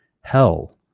hell